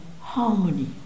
harmony